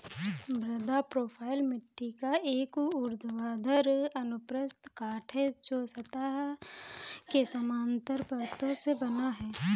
मृदा प्रोफ़ाइल मिट्टी का एक ऊर्ध्वाधर अनुप्रस्थ काट है, जो सतह के समानांतर परतों से बना होता है